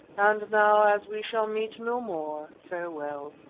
and now, as we shall meet no more farewell.